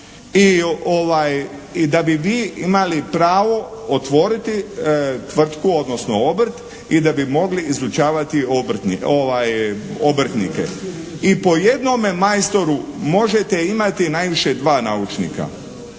i da bi vi imali pravo otvoriti tvrtku, odnosno obrt i da bi mogli izučavati obrtnike. I po jednome majstoru možete imati najviše dva naučnika.